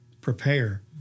prepare